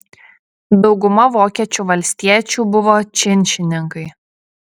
dauguma vokiečių valstiečių buvo činšininkai